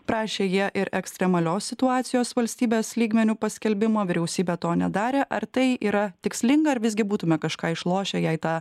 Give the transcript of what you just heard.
prašė jie ir ekstremalios situacijos valstybės lygmeniu paskelbimo vyriausybė to nedarė ar tai yra tikslinga ar visgi būtume kažką išlošę jei tą